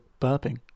burping